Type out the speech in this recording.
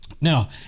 Now